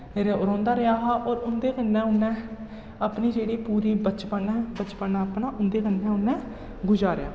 रौंह्दा रेहा हा होर उं'दे कन्नै उन्नै अपनी जेह्ड़ी पूरी बचपन ऐ बचपन अपना उं'दे कन्नै उन्नै गुजारेआ